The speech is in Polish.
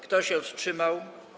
Kto się wstrzymał?